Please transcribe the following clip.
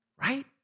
right